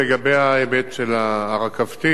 לגבי ההיבט הרכבתי,